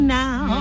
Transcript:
now